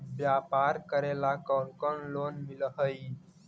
व्यापार करेला कौन कौन लोन मिल हइ?